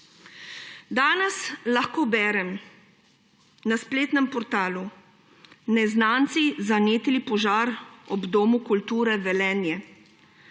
Danes lahko berem na spletnem portalu: Neznanci zanetili požar ob Domu kulture Velenje.